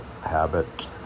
habit